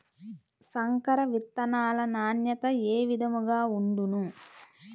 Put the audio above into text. సంకర విత్తనాల నాణ్యత ఏ విధముగా ఉండును?